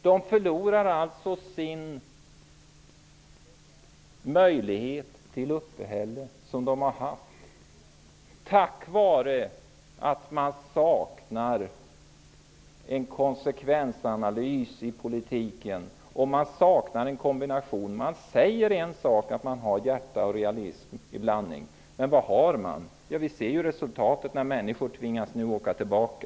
De förlorar på grund av att det saknas en konsekvensanalys i politiken den möjlighet till uppehälle som de har haft. Det saknas en kombination. Man säger att man har hjärta och realism i blandning. Men vad har man? Vi ser ju resultatet när människor tvingas att åka tillbaka.